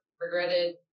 regretted